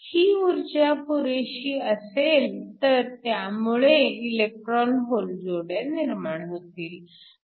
ही ऊर्जा पुरेशी असेल तर त्यामुळे इलेक्ट्रॉन होल जोड्या निर्माण होतील